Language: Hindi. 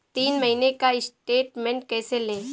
तीन महीने का स्टेटमेंट कैसे लें?